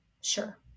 Sure